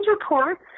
reports